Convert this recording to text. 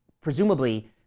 presumably